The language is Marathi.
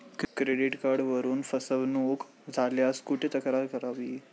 क्रेडिट कार्डवरून फसवणूक झाल्यास कुठे तक्रार करावी?